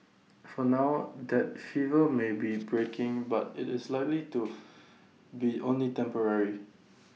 for now that fever may be breaking but IT is likely to be only temporary